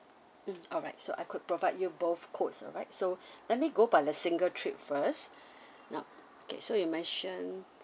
mm alright so I could provide you both quotes alright so let me go by the single trip first now okay so you mentioned